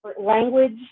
language